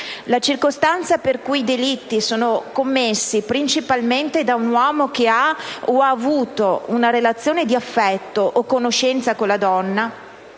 La circostanza per cui i delitti sono commessi principalmente da un uomo che ha, o ha avuto, una relazione di affetto o conoscenza con la donna,